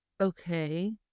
Okay